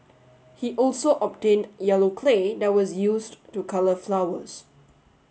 he also obtained yellow clay that was used to colour flowers